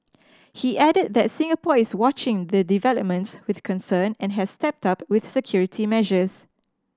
he added that Singapore is watching the developments with concern and has stepped up with security measures